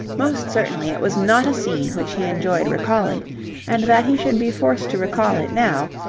most certainly it was not a scene which he enjoyed recalling and that he should be forced to recall it now,